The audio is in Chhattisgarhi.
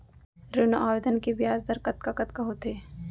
ऋण आवेदन के ब्याज दर कतका कतका होथे?